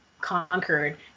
conquered